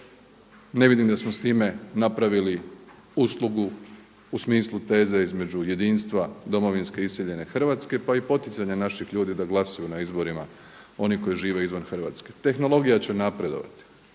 ne vidim da smo s time napravili uslugu u smislu teze između jedinstva domovinske i iseljene Hrvatske pa i poticanja naših ljudi da glasuju na izborima oni koji žive izvan Hrvatske. Tehnologija će napredovati,